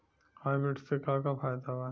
Hybrid से का का फायदा बा?